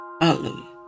Hallelujah